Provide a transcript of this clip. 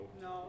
No